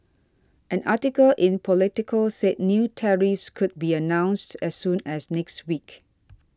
an article in Politico said new tariffs could be announced as soon as next week